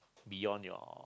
beyond your